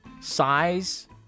size